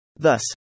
Thus